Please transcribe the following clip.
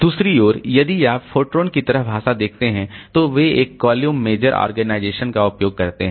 दूसरी ओर यदि आप फोरट्रान की तरह भाषा देखते हैं तो वे एक कॉलम मेजर ऑर्गेनाइजेशन का उपयोग करते हैं